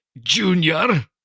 junior